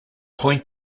point